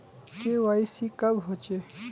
KYC कब होचे?